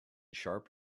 sharp